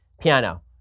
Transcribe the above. piano